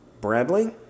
Bradley